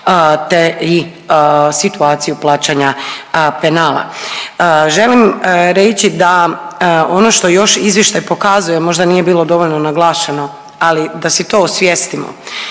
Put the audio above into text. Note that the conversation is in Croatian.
te i situaciju plaćanja penala. Želim reći da ono što još izvještaj pokazuje, možda nije bilo dovoljno naglašeno, ali da si to osvijestimo.